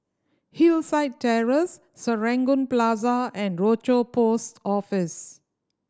Hillside Terrace Serangoon Plaza and Rochor Post Office